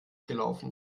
gelaufen